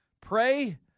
Pray